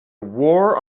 war